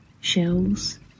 shells